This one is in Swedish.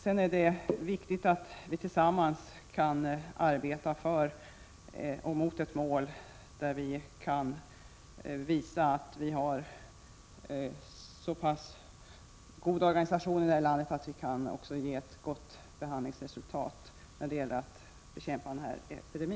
Det är viktigt att vi tillsammans arbetar för ett mål och att vi kan visa att det finns en så pass bra organisation i detta land att behandlingsresultatet blir gott när det gäller att bekämpa denna epidemi.